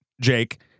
Jake